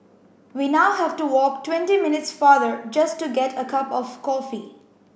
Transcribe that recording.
we now have to walk twenty minutes farther just to get a cup of coffee